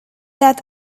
that